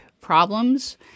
Problems